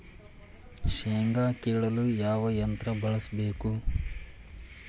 ಶೇಂಗಾ ಕೇಳಲು ಯಾವ ಯಂತ್ರ ಬಳಸಬೇಕು?